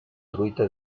truita